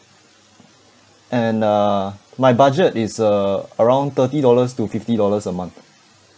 and uh my budget is uh around thirty dollars to fifty dollars a month